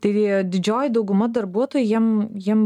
tai didžioji dauguma darbuotojų jiem jiem